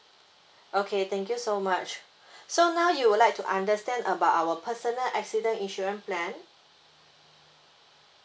okay thank you so much so now you would like to understand about our personal accident insurance plan